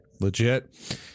Legit